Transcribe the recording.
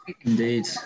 Indeed